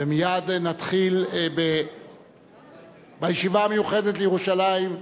ומייד נתחיל בישיבה המיוחדת לירושלים,